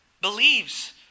believes